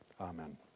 Amen